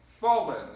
fallen